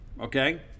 okay